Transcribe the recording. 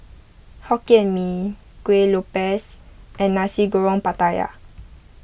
Hokkien Mee Kuih Lopes and Nasi Goreng Pattaya